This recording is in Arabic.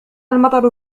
المطر